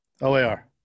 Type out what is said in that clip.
OAR